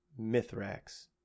mithrax